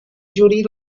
judy